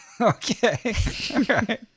Okay